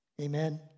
Amen